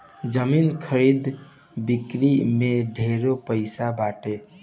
जमीन खरीद बिक्री में ढेरे पैसा बाटे